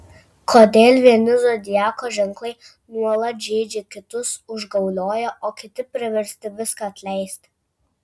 kodėl vieni zodiako ženklai nuolat žeidžia kitus užgaulioja o kiti priversti viską atleisti